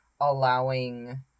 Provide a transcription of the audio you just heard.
allowing